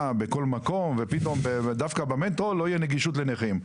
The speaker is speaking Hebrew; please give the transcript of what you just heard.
ובכל מקום ופתאום דווקא במטרו לא תהיה נגישות לנכים.